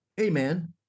Amen